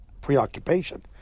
preoccupation